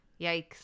yikes